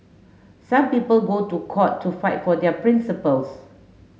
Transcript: some people go to court to fight for their principles